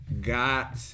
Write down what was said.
got